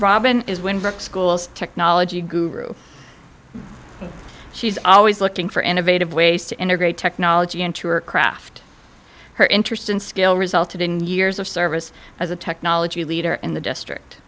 robin is when books schools technology guru she's always looking for innovative ways to integrate technology into her craft her interest in scale resulted in years of service as a technology leader in the district